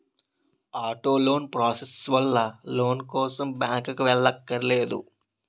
auto loan process వల్ల loan కోసం బ్యాంకుకి వెళ్ళక్కర్లేదు